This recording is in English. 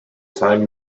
time